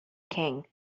king